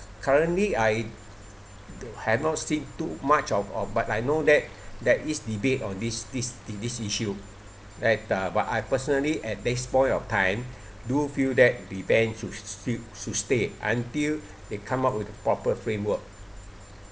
currently I have not seen too much of of but I know that there is debate on this this this issue at uh but I personally at this point of time do feel that the ban should still should stay until they come up with the proper framework